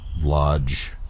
lodge